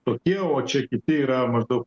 tokie o čia kiti yra maždaug